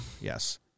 Yes